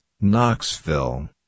Knoxville